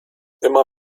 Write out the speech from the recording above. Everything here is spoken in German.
immer